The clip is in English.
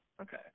Okay